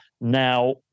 Now